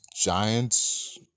giants